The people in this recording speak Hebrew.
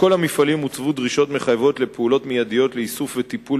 לכל המפעלים הוצבו דרישות מחייבות לפעילות מיידיות לאיסוף וטיפול